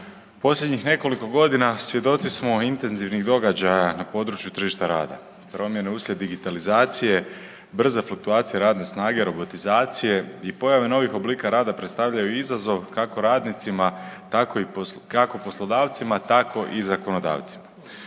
posljednjih nekoliko godina svjedoci smo intenzivnih događaja na području tržišta rada, promjene uslijed digitalizacije, brza fluktuacija radne snage, robotizacije i pojave novih oblika rada predstavljaju izazov kako radnicima tako i, kako poslodavcima tako i zakonodavcima.